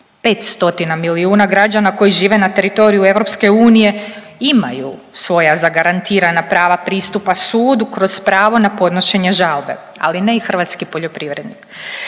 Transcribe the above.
milijuna građana koji žive na teritoriju EU imaju svoja zagarantirana prava pristupa sudu kroz pravo na podnošenje žalbe, ali ne i hrvatski poljoprivrednik.